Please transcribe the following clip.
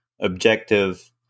objective